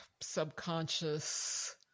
subconscious